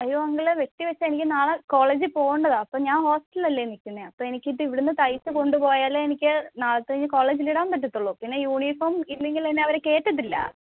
അയ്യോ അങ്കിളേ വെട്ടിവെച്ച് എനിക്ക് നാളെ കോളേജിൽ പോവേണ്ടതാണ് അപ്പോൾ ഞാൻ ഹോസ്റ്റലിൽ അല്ലേ നിൽക്കുന്നത് അപ്പോൾ എനിക്ക് ഇവിടുന്ന് തയ്ച്ച് കൊണ്ടുപോയാലേ എനിക്ക് നാളത്തെ കഴിഞ്ഞ് കോളേജിൽ ഇടാൻ പറ്റുള്ളൂ പിന്നെ യൂണിഫോം ഇല്ലെങ്കിൽ എന്നെ അവർ കയറ്റില്ല